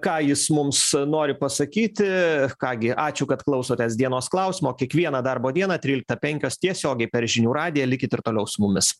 ką jis mums nori pasakyti ką gi ačiū kad klausotės dienos klausimo kiekvieną darbo dieną tryliktą penkios tiesiogiai per žinių radiją likit ir toliau su mumis